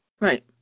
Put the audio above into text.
right